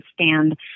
stand